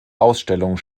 ausstellungen